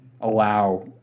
allow